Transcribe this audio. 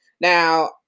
Now